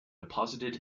deposited